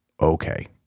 Okay